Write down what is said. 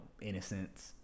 innocence